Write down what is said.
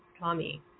Tommy